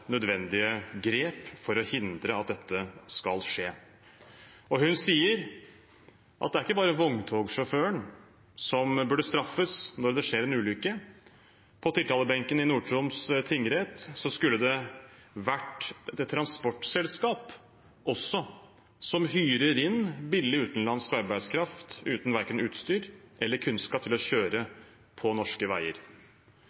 nødvendige grep for å hindre at dette skal skje. Hun sier at det er ikke bare vogntogsjåføren som burde straffes når det skjer en ulykke, på tiltalebenken i Nord-Troms tingrett skulle det også ha vært et transportselskap som hyrer inn billig utenlandsk arbeidskraft uten verken utstyr eller kunnskap til å kjøre